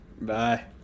Bye